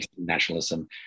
nationalism